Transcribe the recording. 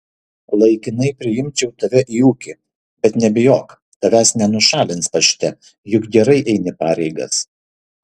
laikinai priimčiau tave į ūkį bet nebijok tavęs nenušalins pašte juk gerai eini pareigas